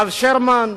הרב שרמן,